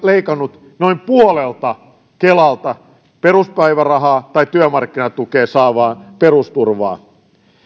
leikannut noin puolelta kelan peruspäivärahaa tai työmarkkinatukea saavalta pe rusturvaa